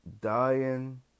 dying